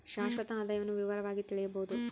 ಶಾಶ್ವತ ಆದಾಯವನ್ನು ವಿವರವಾಗಿ ತಿಳಿಯಬೊದು